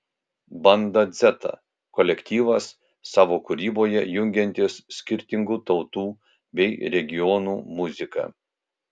banda dzeta kolektyvas savo kūryboje jungiantis skirtingų tautų bei regionų muziką